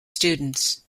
students